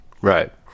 Right